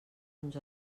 uns